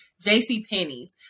JCPenney's